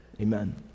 Amen